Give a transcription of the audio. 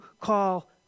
call